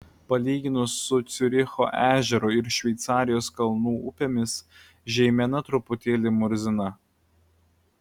palyginus su ciuricho ežeru ir šveicarijos kalnų upėmis žeimena truputėlį murzina